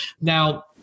Now